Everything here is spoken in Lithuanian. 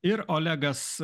ir olegas